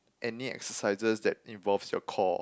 any exercises that involves your core